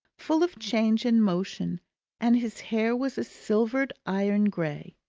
full of change and motion and his hair was a silvered iron-grey.